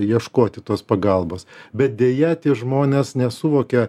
ieškoti tos pagalbos bet deja tie žmonės nesuvokia